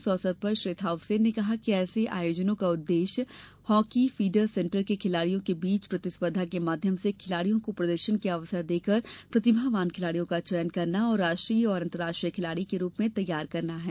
इस अवसर पर श्री थाउसेन ने कहा कि ऐसे आयोजनों का उद्देश्य हॉकी फीडर सेंटर के खिलाड़ियों के बीच प्रतिस्पर्धा के माध्यम से खिलाड़ियों को प्रदर्शन के अवसर देकर प्रतिभावान खिलाड़ियों का चयन करना और राष्ट्रीय एवं अंतर्राष्ट्रीय खिलाड़ी तैयार करना है